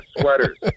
sweaters